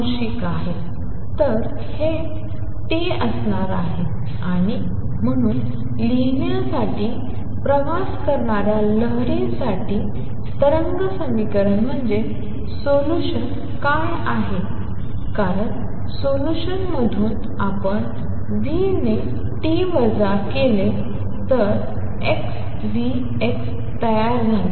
आंशिक आहे तर हे 1v∂f∂t असणार आहे आणि म्हणून लिहिण्यासाठी प्रवास करणाऱ्या लहरी साठी तरंग समीकरण ∂f∂x 1v∂f∂t म्हणजे ∂f∂x1v∂f∂t0 सोल्यूशन काय आहे कारण सोल्युशनमधून आपण v ने टी वजा xvx तयार केले आहे